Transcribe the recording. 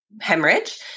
hemorrhage